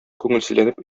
күңелсезләнеп